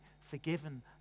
forgiven